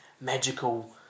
magical